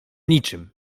niczym